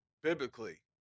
biblically